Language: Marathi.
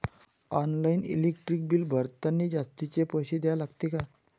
ऑनलाईन इलेक्ट्रिक बिल भरतानी जास्तचे पैसे द्या लागते का?